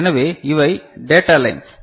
எனவே இவை data lines